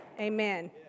Amen